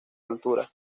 altura